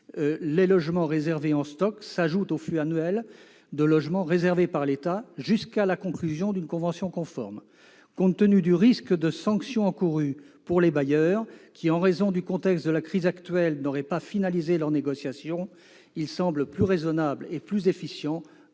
les logements réservés en stock s'ajoutent au flux annuel de logements réservés par l'État, jusqu'à la conclusion d'une convention conforme. Compte tenu du risque de sanction encouru par les bailleurs, qui n'auraient pas, en raison du contexte actuel de crise, finalisé leurs négociations, il semble plus raisonnable et plus efficient